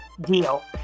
deal